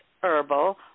Herbal